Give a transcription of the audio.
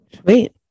sweet